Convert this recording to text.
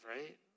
right